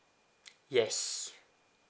yes